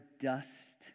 dust